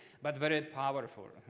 but very powerful.